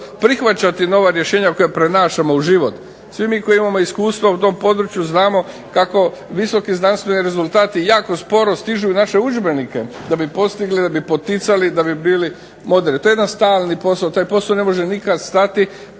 prihvaćati nova rješenja koja prenašamo u život. Svi mi koji imamo iskustva u tom području znamo kako visoki znanstveni rezultati jako sporo stižu u naše udžbenike da bi postigli, da bi poticali da bi bili moderni. To je jedan stalni posao, to je posao koji ne može nikada stati,